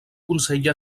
consell